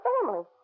family